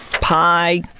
Pie